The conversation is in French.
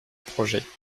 projet